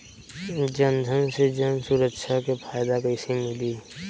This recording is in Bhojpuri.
जनधन से जन सुरक्षा के फायदा कैसे मिली?